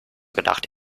gedacht